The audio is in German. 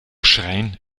schrein